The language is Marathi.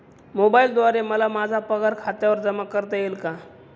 मोबाईलद्वारे मला माझा पगार खात्यावर जमा करता येईल का?